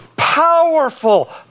powerful